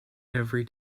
every